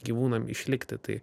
gyvūnam išlikti tai